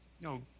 No